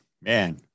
man